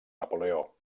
napoleó